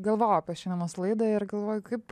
galvojau apie šiandienos laidą ir galvoju kaip